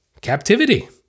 captivity